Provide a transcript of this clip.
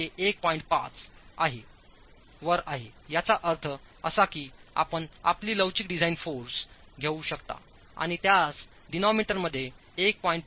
5 वर आहे याचा अर्थ असा की आपण आपली लवचिक डिझाइन फोर्स घेऊ शकता आणित्यास डिनॉमिनेटरमध्ये 1